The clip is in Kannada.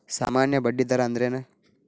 ಸಾಮಾನ್ಯ ಬಡ್ಡಿ ದರ ಅಂದ್ರೇನ?